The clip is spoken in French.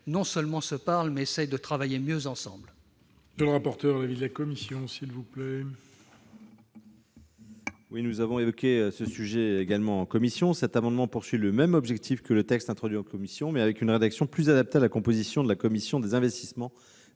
non seulement se parlent, mais essayent de travailler mieux ensemble.